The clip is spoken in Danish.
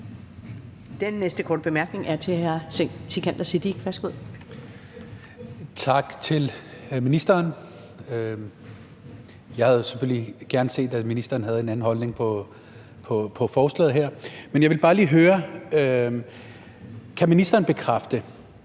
Kan ministeren bekræfte,